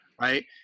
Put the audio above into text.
Right